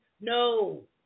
No